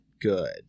good